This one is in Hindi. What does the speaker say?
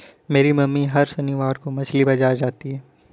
मेरी मम्मी हर शनिवार को मछली बाजार जाती है